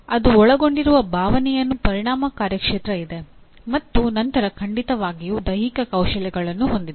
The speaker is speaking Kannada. ಅದು ಒಳಗೊಂಡಿರುವ ಭಾವನೆಯಲ್ಲಿ ಪರಿಣಾಮ ಕಾರ್ಯಕ್ಷೇತ್ರ ಇದೆ ಮತ್ತು ನಂತರ ಖಂಡಿತವಾಗಿಯೂ ದೈಹಿಕ ಕೌಶಲ್ಯಗಳನ್ನು ಹೊಂದಿದೆ